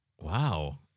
Wow